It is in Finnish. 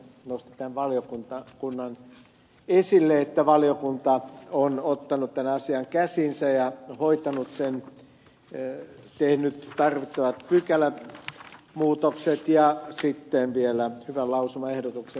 pulliainen nosti tämän valiokunnan esille että valiokunta on ottanut tämän asian käsiinsä ja hoitanut sen tehnyt tarvittavat pykälämuutokset ja sitten vielä hyvän lausumaehdotuksen